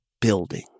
building